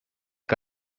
que